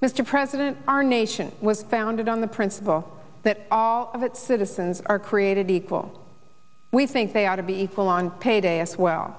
mr president our nation was founded on the principle that all of its citizens are created equal we think they ought to be equal on payday as well